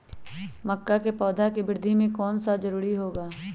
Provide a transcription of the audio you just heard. मक्का के पौधा के वृद्धि में कौन सा खाद जरूरी होगा?